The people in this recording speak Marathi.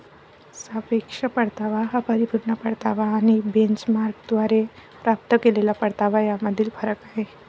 सापेक्ष परतावा हा परिपूर्ण परतावा आणि बेंचमार्कद्वारे प्राप्त केलेला परतावा यामधील फरक आहे